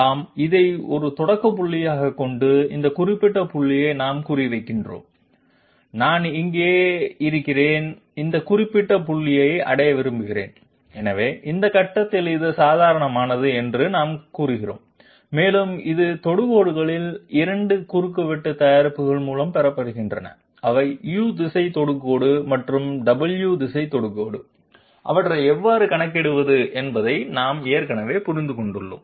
ஆமாம் இதை ஒரு தொடக்க புள்ளியாகக் கொண்டு இந்த குறிப்பிட்ட புள்ளியை நாம் குறிவைக்கிறோம் நான் இங்கே இருக்கிறேன் இந்த குறிப்பிட்ட புள்ளியை அடைய விரும்புகிறேன் எனவே இந்த கட்டத்தில் இது சாதாரணமானது என்று நாங்கள் கூறுகிறோம் மேலும் இது தொடுகோடுகளின் 2 இன் குறுக்கு தயாரிப்பு மூலம் பெறப்படுகிறது அவை u திசை தொடுகோடு மற்றும் w திசை தொடுகோடு அவற்றை எவ்வாறு கணக்கிடுவது என்பதை நாங்கள் ஏற்கனவே புரிந்துகொண்டுள்ளோம்